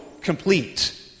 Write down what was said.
complete